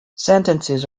sentences